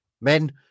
men